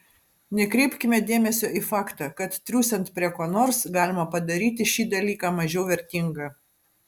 nekreipkime dėmesio į faktą kad triūsiant prie ko nors galima padaryti šį dalyką mažiau vertingą